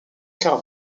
quarts